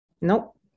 nope